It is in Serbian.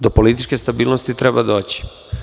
Do političke stabilnosti treba doći.